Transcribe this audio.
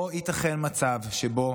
לא ייתכן מצב שבו